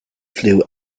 flu